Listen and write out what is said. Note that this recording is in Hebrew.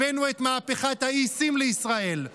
הבאנו את מהפכת ה-eSIM לישראל,